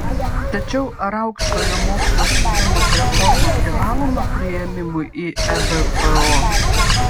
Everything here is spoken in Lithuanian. tačiau ar aukštojo mokslo sistemos reforma privaloma priėmimui į ebpo